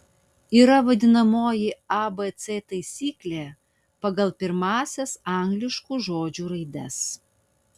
yra vadinamoji abc taisyklė pagal pirmąsias angliškų žodžių raides